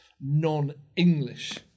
non-English